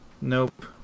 Nope